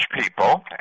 people